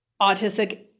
autistic